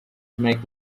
make